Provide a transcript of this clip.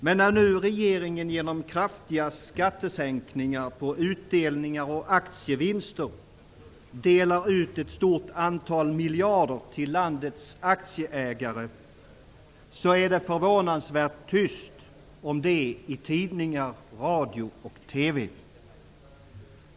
Men när nu regeringen genom kraftiga skattesänkningar när det gäller utdelningar och aktievinster delar ut ett stort antal miljarder till landets aktieägare är det förvånansvärt tyst om detta i tidningar, radio och TV.